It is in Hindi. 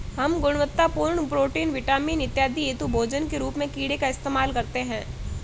हम गुणवत्तापूर्ण प्रोटीन, विटामिन इत्यादि हेतु भोजन के रूप में कीड़े का इस्तेमाल करते हैं